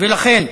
ולכן,